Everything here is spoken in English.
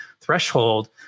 threshold